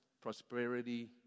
prosperity